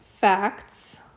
facts